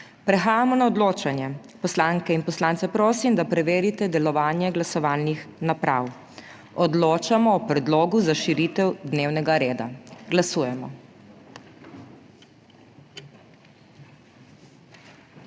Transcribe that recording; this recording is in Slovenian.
Prehajamo na odločanje. Poslanke in poslance prosim, da preverite delovanje glasovalnih naprav. Odločamo o predlogu za širitev dnevnega reda. Glasujemo.